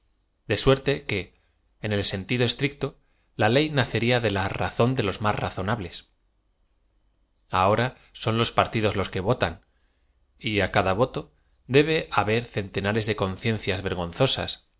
de suerte que en el sentido estricto la le nacería de la razón de los más razonables ahora son los partidos los que votan á cada voto debe haber centenares de con ciencias vergonzosas